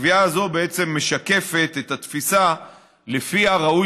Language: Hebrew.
הקביעה הזאת בעצם משקפת את התפיסה שלפיה ראוי